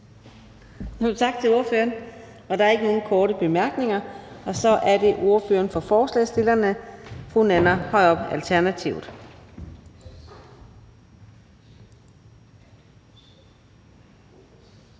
Tak til ordføreren. Der er ikke nogen korte bemærkninger. Så er det ordføreren for forslagsstillerne, fru Nanna Høyrup, Alternativet.